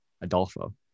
Adolfo